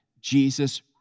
Jesus